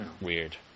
weird